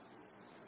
ఇది ఒక విషయం